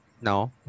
No